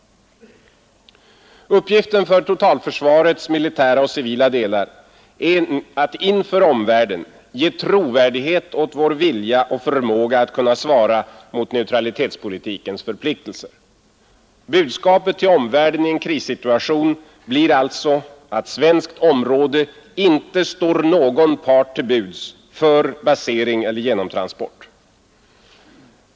Uppgiften för totalförsvarets militära och civila delar är att inför omvärlden ge trovärdighet åt vår vilja och förmåga att svara mot neutralitetspolitikens förpliktelse. Budskapet till omvärlden i en krissituation blir alltså att svenskt område inte står någon part till buds för basering eller genomtransport.